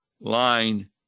line